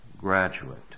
graduate